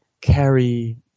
carry